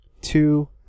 two